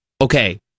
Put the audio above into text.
Okay